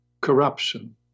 corruption